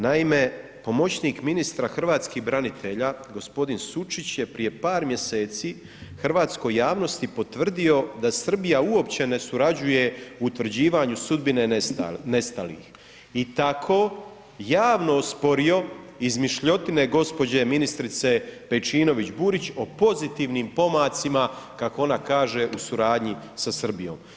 Naime, pomoćnik ministra hrvatskih branitelja gospodin Sučić je prije par hrvatskoj javnosti potvrdio da Srbija uopće ne surađuje u utvrđivanju sudbine nestalih i tako javno osporio izmišljotine gospođe ministrice Pejčinović-Burić o pozitivnim pomacima, kako ona kaže u suradnji sa Srbijom.